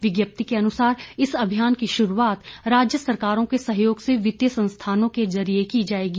विज्ञप्ति के अनुसार इस अभियान की शुरूआत राज्य सरकारों के सहयोग से वित्तीय संस्थानों के जरिये की जाएगी